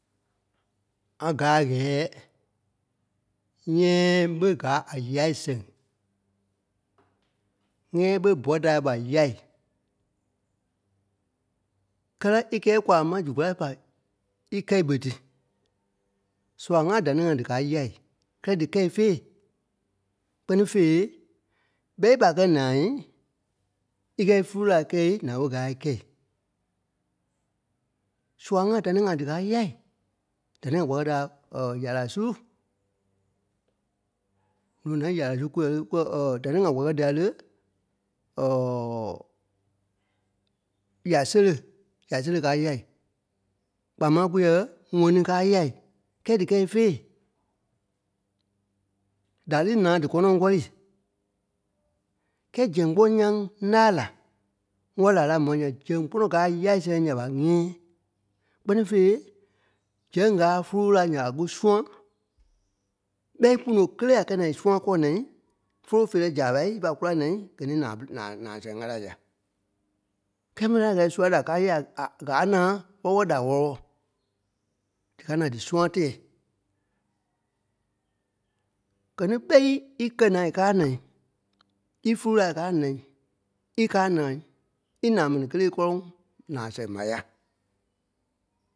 ŋa gáai a gɛ́ɛ nyɛ̃́ɛ ɓé gáa a yâi sɛŋ. Nyɛ̃́ɛ ɓé bɔ́ taai ɓa yâi. Kɛ́lɛ, íkɛɛ kwaa ma zu kulâi fa ípɔ taai ɓe tí. Sua ŋa da ni ŋa díkaa yâi, kɛ́lɛ dí kɛ̂i fêi kpɛ́ni fêi, ɓɛ́i ɓa kɛ́ naai íkɛ í fúlu laai kɛ̂i, ǹaa ɓé gáa a í kɛ̂i. Sua ŋa da ni ŋa díkaa yâi da ni ŋa kwa kɛ́ dîa yala sulu, no not yala sulu kûɛ lé- kûɛ- da ni ŋa kwa kɛ́ dîa lé ya sele- ya sele káa yâi, kpaa máŋ kúɛ ŋɔni káa yâi kɛ́ɛ dí kɛ̂i fêi. Da lí naa dí kɔnɔŋ kɔ́rii, kɛ́ɛ zɛŋ kpɔ́ ńyaŋ ńâai la ŋɔ́ laa lai a môi ma ǹyɛɛi zɛŋ kpɔ́nɔ gáa a yâi sɛŋ, ǹya ɓa nyɛ̃ɛ. Kpɛ́ni fêi, zɛŋ gáa a fúlu lâai ǹya ɓa kú sũa ɓɛ́i í kpono kélee a kɛ naai í sũa kɔɔ naai fólo feerɛ zaaɓai ífa kúla naai gɛ̀ ní ǹaa- ǹaa- ǹaa sɛŋ ká tí a yá. Kɛ́ɛ ḿve láa ní a gɛ́ɛ sua da káa yâi a- gáa naa wɔ́lɔ wɔlɔ da wɔlɔ wɔlɔ. Gɛ̀ ní ɓɛ́i í gɛ̀ nai káa, í fúlu laai káa nai, íkaa nai, í ǹaa mɛni kélee kɔ́lɔŋ ǹaa sɛŋ ɓa yá.